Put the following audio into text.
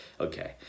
okay